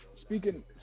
speaking